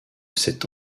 cette